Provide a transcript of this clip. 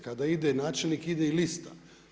Kada ide načelnik ide i lista.